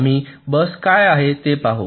आम्ही बस काय आहे ते पाहतो